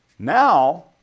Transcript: Now